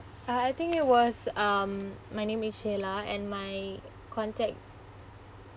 uh I think it was um my name is shayla and my contact